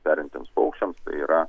perintiems paukščiams tai yra